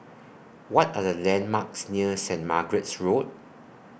What Are The landmarks near Saint Margaret's Road